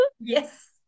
Yes